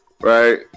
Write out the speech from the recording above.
right